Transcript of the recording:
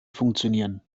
funktionieren